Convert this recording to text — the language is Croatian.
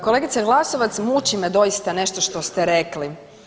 Kolegice Glasovac, muči me doista nešto što ste rekli.